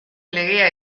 legea